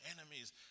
enemies